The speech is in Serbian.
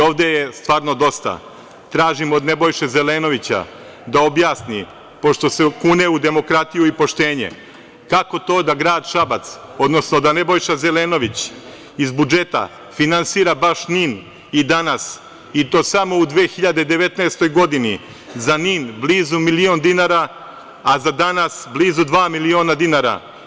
Ovde je stvarno dosta, tražim od Nebojše Zelenovića da objasni, pošto se kune u demokratiju i poštenje, kako to da grad Šabac, odnosno da Nebojša Zelenović iz budžeta finansira baš „NIN“ i „Danas“ i to samo u 2019. godini, za „NIN“ blizu milion dinara, a za „Danas“ blizu dva miliona dinara.